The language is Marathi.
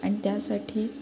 आणि त्यासाठी